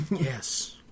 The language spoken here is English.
yes